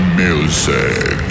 music